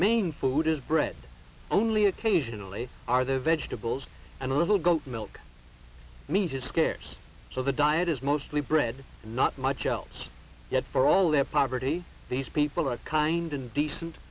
main food is bread only occasionally are their vegetables and a little goat milk means is scarce so the diet is mostly bread not much else yet for all their poverty these people are kind and decent